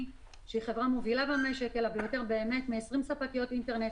שהיא חברה מובילה במשק אלא ביותר מ-20 ספקיות אינטרנט,